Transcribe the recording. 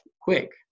quick